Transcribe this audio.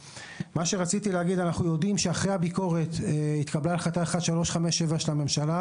רציתי לומר אנחנו יודעים שאחרי הביקורת התקבלה החלטה 1357 של הממשלה